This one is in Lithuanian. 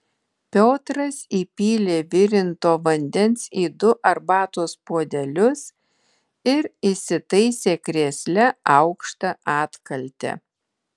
piotras įpylė virinto vandens į du arbatos puodelius ir įsitaisė krėsle aukšta atkalte